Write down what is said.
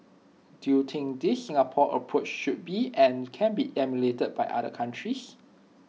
do you think this Singapore approach should be and can be emulated by other countries